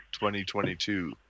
2022